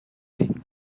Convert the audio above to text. pig